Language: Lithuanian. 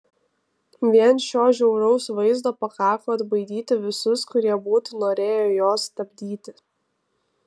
vien šio žiauraus vaizdo pakako atbaidyti visus kurie būtų norėję juos stabdyti